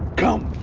come!